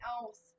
else